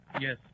Yes